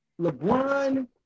LeBron